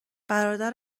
برادر